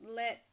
let